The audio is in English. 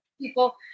people